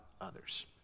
others